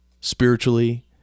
spiritually